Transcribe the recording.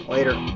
Later